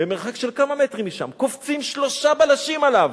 במרחק של כמה מטרים משם, קופצים שלושה בלשים עליו,